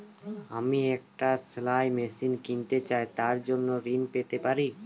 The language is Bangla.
আমি একটি সেলাই মেশিন কিনতে চাই তার জন্য ঋণ পেতে পারি?